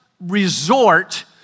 resort